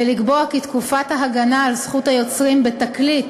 ולקבוע כי תקופת ההגנה על זכויות היוצרים בתקליט